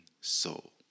soul